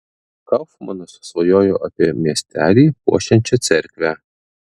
kaufmanas svajojo apie miestelį puošiančią cerkvę